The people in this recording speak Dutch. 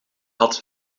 had